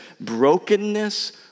brokenness